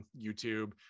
youtube